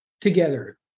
together